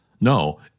No